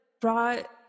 brought